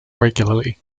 regularly